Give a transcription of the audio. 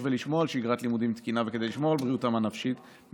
ולשמור על שגרת לימודים תקינה וכדי לשמור על בריאותם הנפשית,